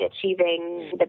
achieving